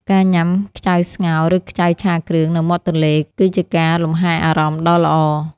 ការញ៉ាំខ្ចៅស្ងោរ ឬខ្ចៅឆាគ្រឿងនៅមាត់ទន្លេ គឺជាការលំហែអារម្មណ៍ដ៏ល្អ។